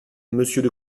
monsieur